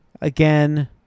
again